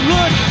Look